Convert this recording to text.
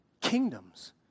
kingdoms